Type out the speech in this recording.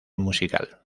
musical